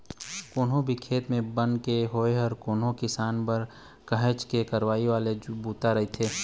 कोनो भी खेत म बन के होवई ह कोनो किसान बर काहेच के करलई वाले बूता रहिथे